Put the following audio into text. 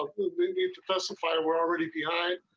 will begin to justify we're already behind.